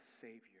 savior